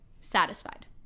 satisfied